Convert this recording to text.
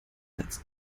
herz